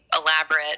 elaborate